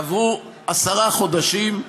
עברו עשרה חודשים,